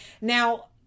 Now